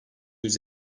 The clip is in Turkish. yüz